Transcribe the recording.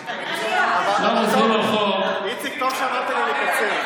על מה שאתה מציע.